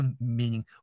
meaning